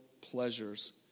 pleasures